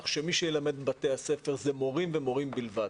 שמי שילמד בבתי הספר זה מורים ומורים בלבד.